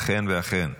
אכן ואכן.